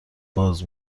باز